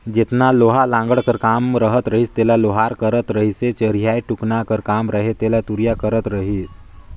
जेतना लोहा लाघड़ कर काम रहत रहिस तेला लोहार करत रहिसए चरहियाए टुकना कर काम रहें तेला तुरिया करत रहिस